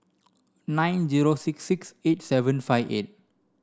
nine zero six six eight seven five eight